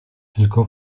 tylko